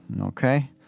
Okay